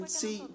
see